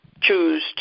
choose